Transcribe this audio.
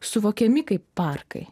suvokiami kaip parkai